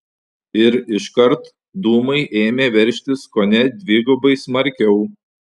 ir iškart dūmai ėmė veržtis kone dvigubai smarkiau